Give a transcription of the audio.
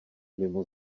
mimo